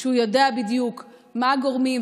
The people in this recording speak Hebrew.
שהוא יודע בדיוק מה הגורמים,